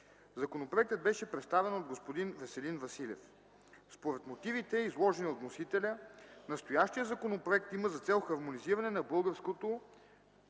Законопроектът беше представен от господин Веселин Василев. Според мотивите, изложени от вносителя, настоящият законопроект има за цел хармонизиране на българското